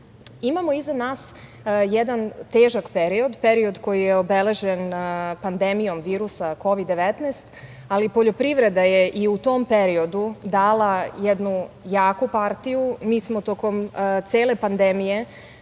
iza nas jedan težak period, period koji je obeležen pandemijom virusa Kovid-19, ali poljoprivreda je i u tom periodu dala jednu jaku partiju. Mi smo tokom cele pandemije